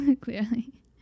clearly